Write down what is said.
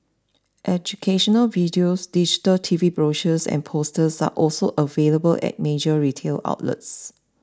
educational videos digital T V brochures and posters are also available at major retail outlets